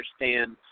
understand